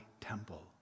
temple